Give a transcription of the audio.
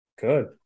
Good